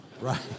right